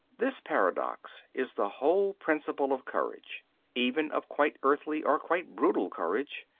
this paradox is the whole principle of courage even of quite earthly or quite brutal courage.